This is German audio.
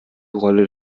rolle